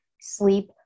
Sleep